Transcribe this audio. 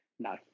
No